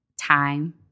time